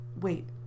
Wait